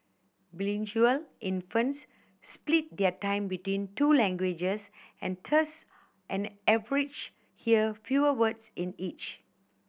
infants split their time between two languages and thus and average hear fewer words in each